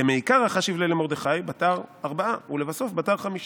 "דמעיקרא חשיב ליה למרדכי בתר ד' ולבסוף בתר חמישה".